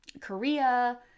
korea